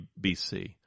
BC